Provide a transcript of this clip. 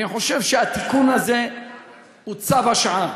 אני חושב שהתיקון הזה הוא צו השעה.